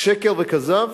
שקר וכזב,